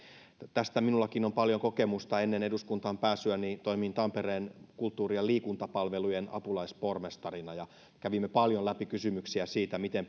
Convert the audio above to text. tästä minullakin on paljon kokemusta ennen eduskuntaan pääsyäni toimin tampereen kulttuuri ja liikuntapalvelujen apulaispormestarina ja kävimme paljon läpi kysymyksiä siitä miten